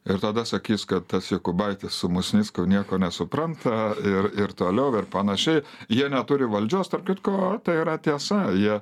ir tada sakys kad tas jokubaitis su musnicku nieko nesupranta ir ir toliau ir panašiai jie neturi valdžios tarp kitko tai yra tiesa jie